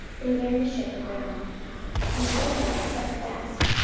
they ran the ship aground and the forepart stuck fast,